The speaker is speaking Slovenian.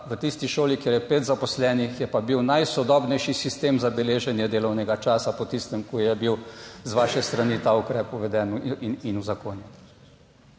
v tisti šoli, kjer je pet zaposlenih, je pa bil najsodobnejši sistem za beleženje delovnega časa po tistem, ko je bil z vaše strani ta ukrep uveden? In uzakonjen.